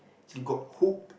so got hooked